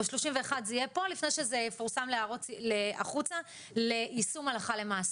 ב-31 זה יהיה פה לפני שזה יפורסם החוצה ליישום הלכה למעשה.